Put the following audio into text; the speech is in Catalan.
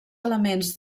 elements